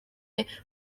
bari